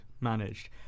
managed